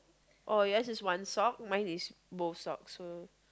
oh yours is one sock mine is both socks so